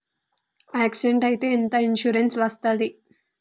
Accident అయితే ఎంత insurance వస్తది?